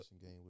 game